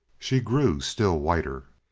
she grew still whiter,